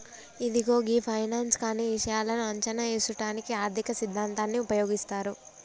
ఇదిగో గీ ఫైనాన్స్ కానీ ఇషాయాలను అంచనా ఏసుటానికి ఆర్థిక సిద్ధాంతాన్ని ఉపయోగిస్తారు